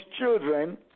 children